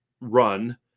run